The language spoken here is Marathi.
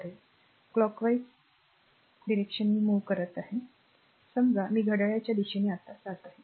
पुन्हा r समजून घेण्यासाठी मी सर्व काही दर्शवित आहे समजा मी घड्याळाच्या दिशेने जात आहे